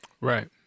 Right